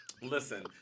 listen